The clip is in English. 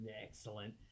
Excellent